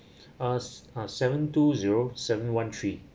uh s~ uh seven two zero seven one three